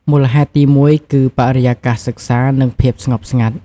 មូលហេតុទីមួយ គឺ បរិយាកាសសិក្សា និងភាពស្ងប់ស្ងាត់ ។